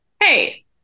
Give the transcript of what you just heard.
Hey